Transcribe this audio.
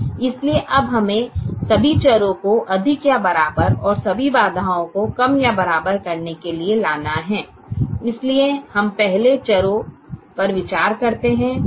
इसलिए अब हमें सभी चरों को अधिक या बराबर और सभी बाधाओं को कम या बराबर करने के लिए लाना है इसलिए हम पहले चरों पर विचार करते हैं